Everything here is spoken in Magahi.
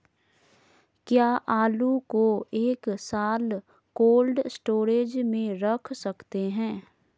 क्या आलू को एक साल कोल्ड स्टोरेज में रख सकते हैं?